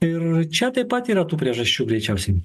ir čia taip pat yra tų priežasčių greičiausiai